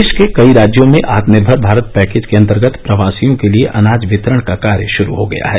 देश के कई राज्यों में आत्म निर्मर भारत पैकेज के अंतर्गत प्रवासियों के लिए अनाज वितरण का कार्य शुरू हो गया है